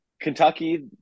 Kentucky